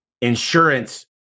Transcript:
insurance